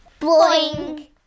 Boing